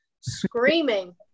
screaming